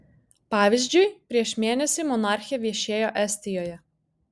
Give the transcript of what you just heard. pavyzdžiui prieš mėnesį monarchė viešėjo estijoje